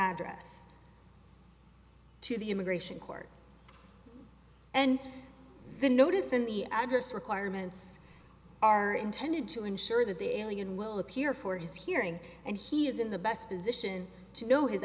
address to the immigration court and the notice in the address requirements are intended to ensure that the alien will appear for his hearing and he is in the best position to know his